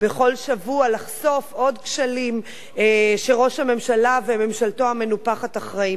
שבוע לחשוף עוד כשלים שראש הממשלה וממשלתו המנופחת אחראים להם.